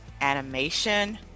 animation